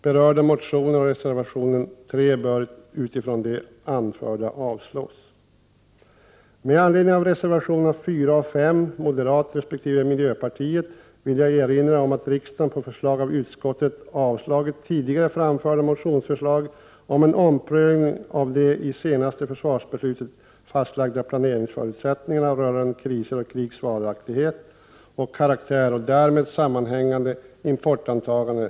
Med anledning av reservationerna 4 och 5 av moderata samlingspartiet resp. miljöpartiet vill jag erinra om att riksdagen två gånger tidigare på förslag av utskottet avslagit framförda motionsförslag om en omprövning av de i det senaste försvarsbeslutet fastlagda planeringsförutsättningarna rörande krisers och krigs varaktighet och karaktär och därmed sammanhängande importantaganden.